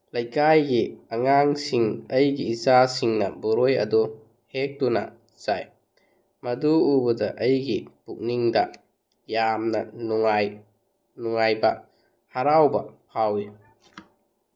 ꯂꯩꯀꯥꯏꯒꯤ ꯑꯉꯥꯡꯁꯤꯡ ꯑꯩꯒꯤ ꯏꯆꯥꯁꯤꯡꯅ ꯕꯣꯔꯣꯏ ꯑꯗꯣ ꯍꯦꯛꯇꯨꯅ ꯆꯥꯏ ꯃꯗꯨ ꯎꯕꯗ ꯑꯩꯒꯤ ꯄꯨꯛꯅꯤꯡꯗ ꯌꯥꯝꯅ ꯅꯨꯡꯉꯥꯏ ꯅꯨꯡꯉꯥꯏꯕ ꯍꯔꯥꯎꯕ ꯐꯥꯎꯋꯤ